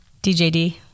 DJD